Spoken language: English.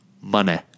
money